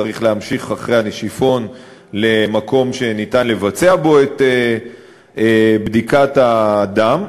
צריך להמשיך אחרי ה"נשיפון" למקום שניתן לבצע בו את בדיקת הדם.